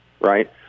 right